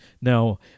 Now